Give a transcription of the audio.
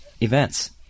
events